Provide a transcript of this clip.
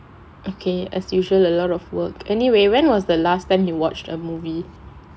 okay as usual a lot of work anyway when was the last time we watched a movie